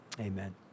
amen